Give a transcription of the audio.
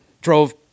drove